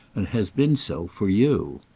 and has been so for you.